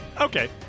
Okay